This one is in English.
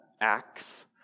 acts